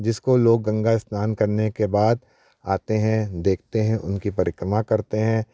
जिसको लोग गंगा स्नान करने के बाद आते हैं देखते हैं उनकी परिक्रमा करते हैं